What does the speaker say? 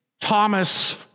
Thomas